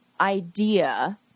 idea